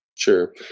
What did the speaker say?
Sure